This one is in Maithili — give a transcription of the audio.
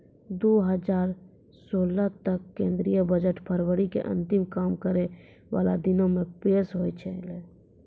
दु हजार सोलह तक केंद्रीय बजट फरवरी के अंतिम काम करै बाला दिनो मे पेश होय छलै